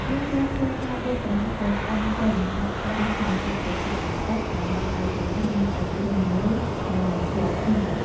យើងត្រូវធ្វើការដួសប្រហិតដែលឆ្អិនចេញ ដាក់ត្រាំក្នុងទឹកត្រជាក់បន្តិច ដើម្បីឱ្យប្រហិតនៅតែទន់ល្មើយ និងមិនជាប់គ្នា។